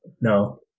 No